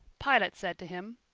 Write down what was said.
pilate said to him,